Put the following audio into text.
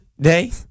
day